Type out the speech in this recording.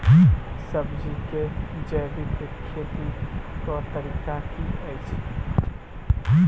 सब्जी केँ जैविक खेती कऽ तरीका की अछि?